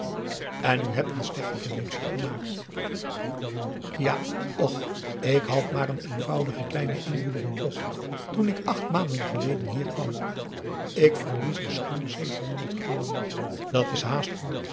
en u hebt n slechte vendutie gemaakt ja och ik had maar n eenvoudigen kleinen inboedel gekocht toen ik acht maanden geleden hier kwam ik verlies er schoon zevenhonderd gulden op dat is haast honderd